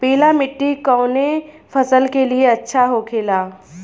पीला मिट्टी कोने फसल के लिए अच्छा होखे ला?